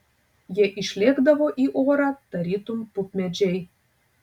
jie išlėkdavo į orą tarytum pupmedžiai